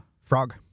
frog